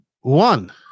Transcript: one